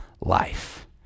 life